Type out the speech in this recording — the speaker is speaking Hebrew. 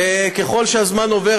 וככל שהזמן עובר,